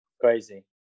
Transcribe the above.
crazy